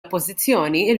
oppożizzjoni